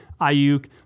Ayuk